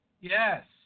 Yes